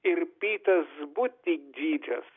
ir pytas butidžydžas